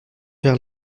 vers